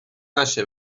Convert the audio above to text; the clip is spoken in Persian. نشه